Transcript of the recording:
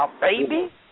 baby